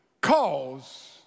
cause